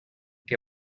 que